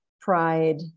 pride